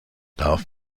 darf